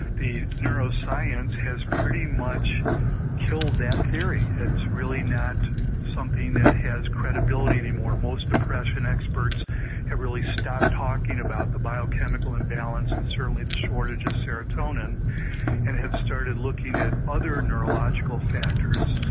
the neuroscience has pretty much killed that theory, it's really not something that has credibility anymore. most depression experts have really stopped talking about the biochemical imbalance and certainly the shortage of serotonin and have started looking at other neurological factors,